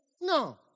No